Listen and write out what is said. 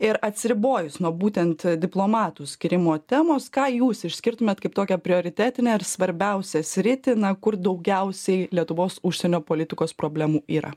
ir atsiribojus nuo būtent diplomatų skyrimo temos ką jūs išskirtumėt kaip tokią prioritetinę ir svarbiausią sritį na kur daugiausiai lietuvos užsienio politikos problemų yra